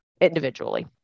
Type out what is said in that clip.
individually